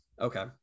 Okay